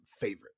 favorite